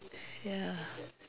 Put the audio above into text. ya